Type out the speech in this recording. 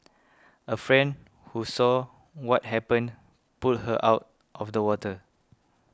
a friend who saw what happened pulled her out of the water